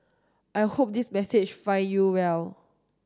I hope this message find you well